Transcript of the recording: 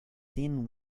thin